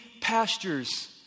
pastures